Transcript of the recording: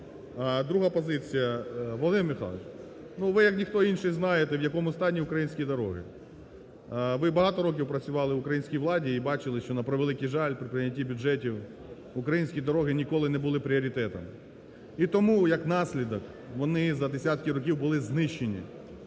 Друга позиція. Володимир Михайлович, ну, ви як ніхто інший знаєте, в якому стані українські дороги. Ви багато років працювали в українській владі і бачили, що, на превеликий жаль, при прийнятті бюджетів українські дороги ніколи не були пріоритетом. І тому, як наслідок, вони за десятки років були знищені.